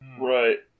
Right